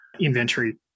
inventory